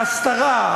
ההסתרה,